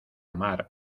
mar